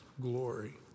glory